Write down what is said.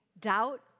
doubt